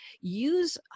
use